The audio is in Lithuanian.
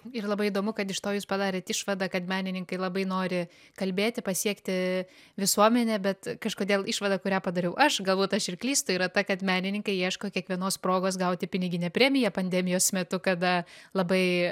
ir labai įdomu kad iš to jūs padarėt išvadą kad menininkai labai nori kalbėti pasiekti visuomenę bet kažkodėl išvada kurią padariau aš galbūt aš ir klystu yra ta kad menininkai ieško kiekvienos progos gauti piniginę premiją pandemijos metu kada labai